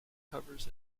covers